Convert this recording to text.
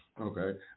okay